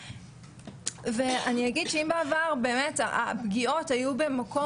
ואגב אני אגיד רק במשפט שהיום יודעים המחקרים באמת על ההשלכות הקשות,